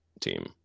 team